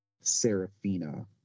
Serafina